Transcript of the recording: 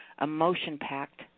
emotion-packed